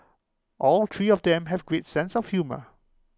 all three of them have great sense of humour